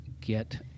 get